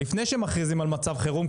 לפני שמכריזים על מצב חירום,